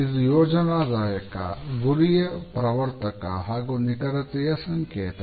ಇದು ಯೋಜನಾದಾಯಕ ಗುರಿಯ ಪ್ರವರ್ತಕ ಹಾಗೂ ನಿಖರತೆಯ ಸಂಕೇತ